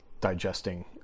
digesting